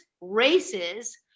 races